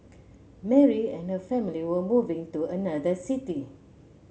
Mary and her family were moving to another city